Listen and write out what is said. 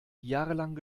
jahrelang